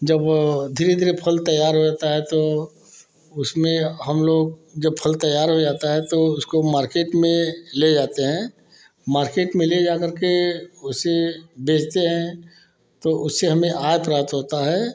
जब वो धीरे धीरे फल तैयार हो जाता है तो उसमें हम लोग जब फल तैयार हो जाता है तो उसको मार्केट में ले जाते हैं मार्केट में ले जाकर के उसे बेचते हैं तो उससे हमें आय प्राप्त होता है